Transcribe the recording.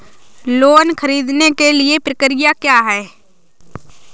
Loan ख़रीदने के लिए प्रक्रिया क्या है?